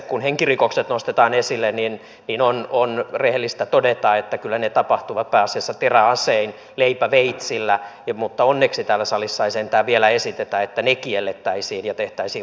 kun henkirikokset nostetaan esille niin on rehellistä todeta että kyllä ne tapahtuvat pääasiassa teräasein leipäveitsillä mutta onneksi täällä salissa ei sentään vielä esitetä että ne kiellettäisiin ja tehtäisiin luvanvaraisiksi